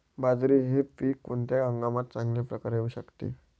बाजरी हे पीक कोणत्या हंगामात चांगल्या प्रकारे येऊ शकते?